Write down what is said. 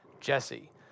Jesse